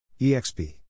EXP